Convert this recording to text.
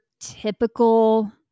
typical